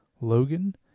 Logan